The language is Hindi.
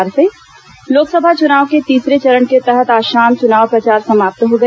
तीसरा चरण मतदान लोकसभा चुनाव के तीसरे चरण के तहत आज शाम चुनाव प्रचार समाप्त हो गया